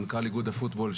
מנכ"ל איגוד הפוטבול,